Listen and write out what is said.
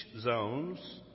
zones